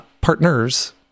partners